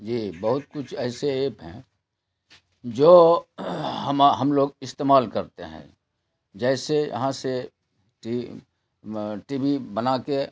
جی بہت کچھ ایسے ایپ ہیں جو ہما ہم لوگ استعمال کرتے ہیں جیسے یہاں سے ٹی ٹی وی بنا کے